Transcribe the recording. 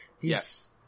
Yes